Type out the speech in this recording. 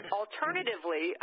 alternatively